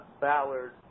Ballard